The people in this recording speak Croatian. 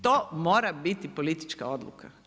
To mora biti politička odluka.